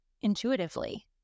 intuitively